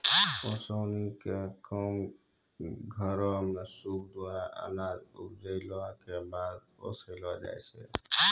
ओसौनी क काम घरो म सूप द्वारा अनाज उपजाइला कॅ बाद ओसैलो जाय छै?